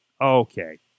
Okay